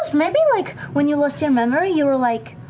maybe like when you lost your memory you were like,